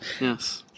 Yes